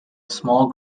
small